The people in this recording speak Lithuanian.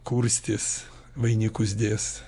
kurstys vainikus dės